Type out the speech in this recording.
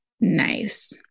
Nice